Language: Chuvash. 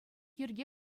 йӗрке